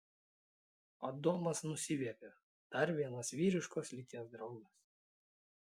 adomas nusiviepė dar vienas vyriškos lyties draugas